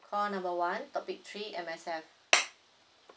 call number one topic three M_S_F